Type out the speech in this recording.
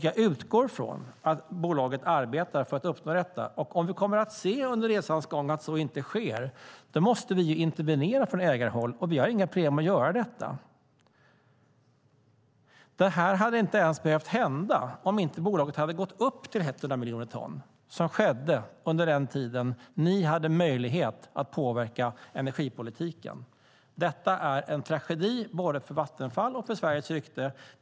Jag utgår ifrån att bolaget arbetar för att uppnå detta. Om vi under resans gång kommer att se att så inte sker måste vi intervenera från ägarhåll, och vi har inga problem att göra det. Det här hade inte ens behövt hända om bolaget inte hade gått upp till 100 miljoner ton, vilket skedde under den tid då ni hade möjlighet att påverka energipolitiken. Detta är en tragedi både för Vattenfall och för Sveriges rykte.